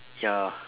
ya